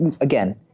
again